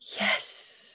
yes